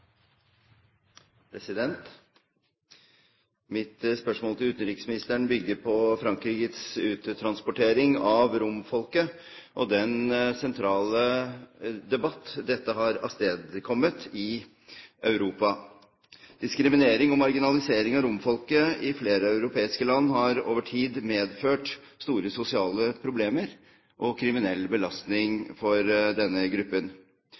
til utenriksministeren er følgende: «Frankrikes uttransportering av grupper av romfolket har utløst en viktig europeisk debatt. Diskriminering og marginalisering av romfolket i flere europeiske land har over tid medført store sosiale problemer og kriminell belastning for gruppen,